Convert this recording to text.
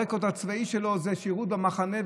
הרקורד הצבאי שלו זה שירות בבמחנה,